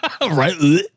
Right